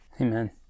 Amen